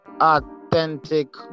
authentic